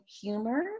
humor